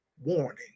warning